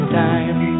time